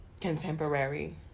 Contemporary